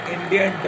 Indian